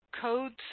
codes